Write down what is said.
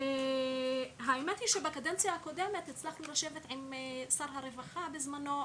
האמת היא שבקדנציה הקודמת הצלחנו לשבת עם שר הרווחה בזמנו,